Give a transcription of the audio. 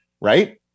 Right